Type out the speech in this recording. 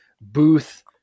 booth